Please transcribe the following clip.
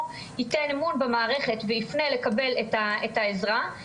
ייתן אמון במערכת ויפנה לקבל את העזרה.